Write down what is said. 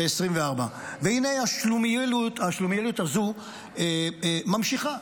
ב-2024, והינה, השלומיאליות הזו ממשיכה,